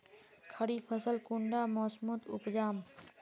खरीफ फसल कुंडा मोसमोत उपजाम?